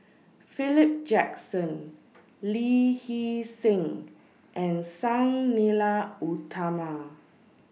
Philip Jackson Lee Hee Seng and Sang Nila Utama